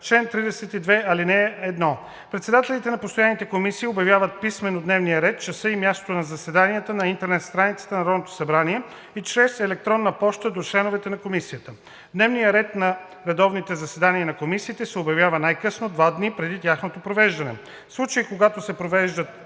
„Чл. 32. (1) Председателите на постоянните комисии обявяват писмено дневния ред, часа и мястото на заседанията на интернет страницата на Народното събрание и чрез електронна поща до членовете на комисията. Дневният ред за редовните заседания на комисиите се обявява най-късно два дни преди тяхното провеждане. В случаите, когато се провеждат